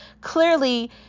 Clearly